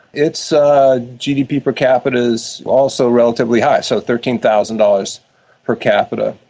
its gdp per capita is also relatively high, so thirteen thousand dollars per capita,